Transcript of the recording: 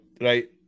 right